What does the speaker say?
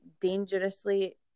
dangerously